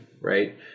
right